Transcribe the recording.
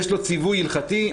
יש לו ציווי הלכתי.